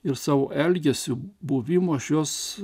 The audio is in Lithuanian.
ir savo elgesiu buvimu aš juos